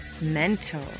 mental